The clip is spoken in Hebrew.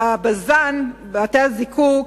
בבז"ן, בבתי-הזיקוק,